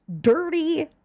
dirty